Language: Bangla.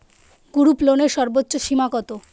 গ্রুপলোনের সর্বোচ্চ সীমা কত?